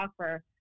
offer